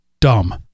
dumb